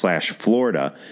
Florida